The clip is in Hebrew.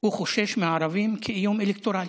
חושש מהערבים כאיום אלקטורלי.